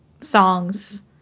songs